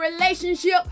relationship